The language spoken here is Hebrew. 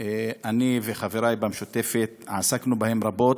אני וחברי במשותפת עסקנו בהם רבות.